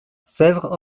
sèvres